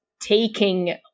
taking